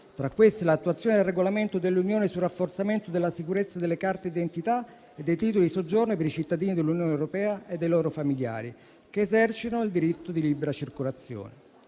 tra questi, l'attuazione del regolamento dell'Unione sul rafforzamento della sicurezza delle carte d'identità e dei titoli di soggiorno per i cittadini dell'Unione europea e dei loro familiari che esercitano il diritto di libera circolazione.